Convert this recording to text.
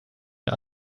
ihr